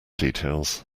details